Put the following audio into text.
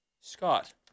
Scott